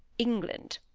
england